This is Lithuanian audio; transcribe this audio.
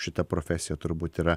šita profesija turbūt yra